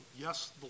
yes